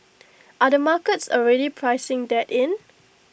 are the markets already pricing that in